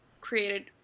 created